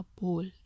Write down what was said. bold